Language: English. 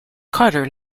carter